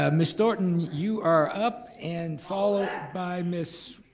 ah ms. thorton you are up. and followed by miss